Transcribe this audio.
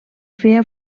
feia